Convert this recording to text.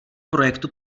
projektu